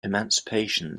emancipation